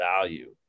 value